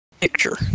Picture